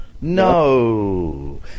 no